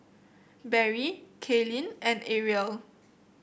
Barrie Kalyn and Arielle